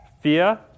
fear